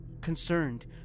Concerned